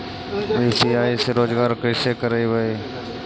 UPI से रोजगार कैसे करबय?